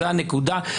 זאת הנקודה.